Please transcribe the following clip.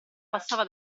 passava